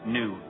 new